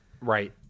Right